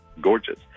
Gorgeous